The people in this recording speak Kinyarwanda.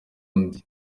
undi